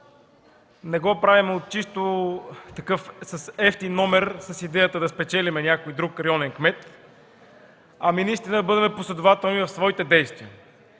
не го правим с евтин номер с идеята да спечелим някой друг районен кмет, а наистина бъдем последователни в своите действия.